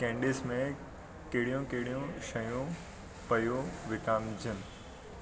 candies में कहिड़ियूं कहिड़ियूं शयूं पियूं विकामजनि